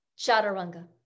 Chaturanga